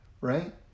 right